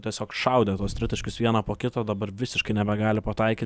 tiesiog šaudė tuos tritaškius vieną po kito dabar visiškai nebegali pataikyt